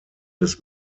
des